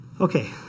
Okay